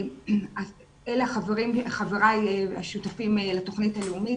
אלה חבריי השותפים לתוכנית הלאומית.